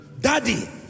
Daddy